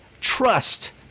trust